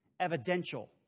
evidential